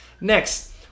next